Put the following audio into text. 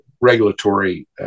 regulatory